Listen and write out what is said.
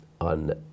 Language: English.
on